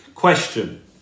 question